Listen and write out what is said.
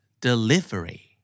Delivery